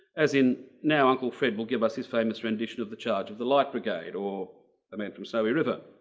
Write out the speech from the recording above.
as in now uncle fred will give us his famous rendition of the charge of the light brigade or um and from snowy river.